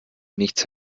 nichts